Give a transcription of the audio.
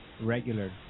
Regular